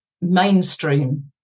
mainstream